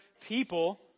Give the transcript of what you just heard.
people